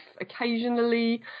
occasionally